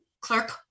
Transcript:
clerk